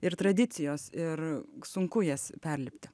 ir tradicijos ir sunku jas perlipti